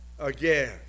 again